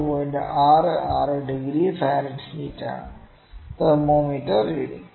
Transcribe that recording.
66 degree ഫാരൻഹീറ്റാണ് thermometer reading